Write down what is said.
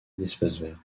d’espaces